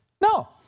No